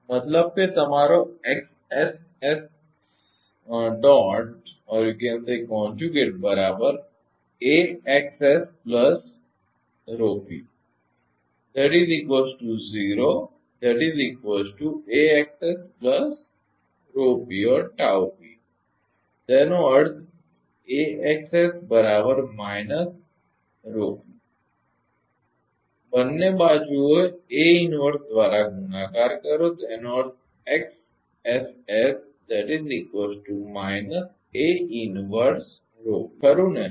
મતલબ કે તમારો તેનો અર્થ બંને બાજુઓ એ દ્વારા ગુણાકાર કરો એનો અર્થ એ કે ખરુ ને